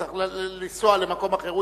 צריך לנסוע למקום אחר,